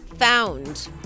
found